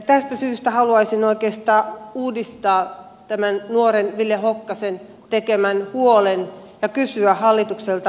tästä syystä haluaisin oikeastaan uudistaa tämän nuoren ville hokkasen kertoman huolen ja kysyä hallitukselta